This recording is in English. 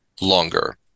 longer